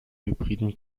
hybriden